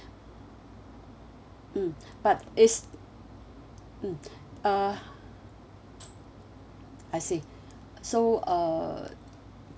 mm but it's mm uh I see so uh